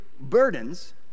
burdens